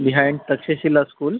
behind Takshashila school